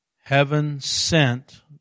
heaven-sent